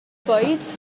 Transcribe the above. bwyd